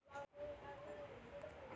कृषी मंत्रालय कृषीविषयक सरकारी धोरणे बनवते